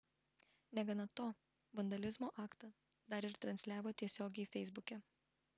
negana to vandalizmo aktą dar ir transliavo tiesiogiai feisbuke